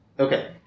Okay